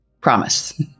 promise